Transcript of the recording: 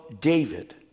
David